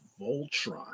Voltron